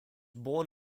born